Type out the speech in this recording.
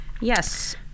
Yes